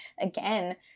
again